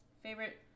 Favorite